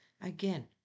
Again